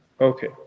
Okay